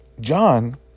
John